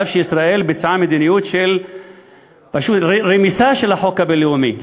על אף שישראל ביצעה מדיניות של פשוט רמיסה של החוק הבין-לאומי,